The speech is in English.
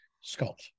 Scott